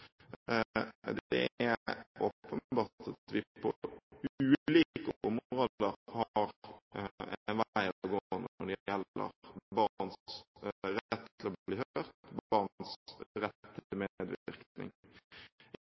er åpenbart at vi på ulike områder har en vei å gå når det gjelder barns rett til å bli